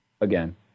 Again